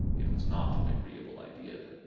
it was not an agreeable idea.